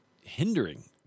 hindering